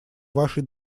вашей